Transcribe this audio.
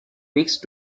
mixed